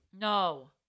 No